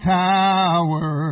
tower